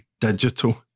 digital